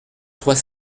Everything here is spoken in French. trois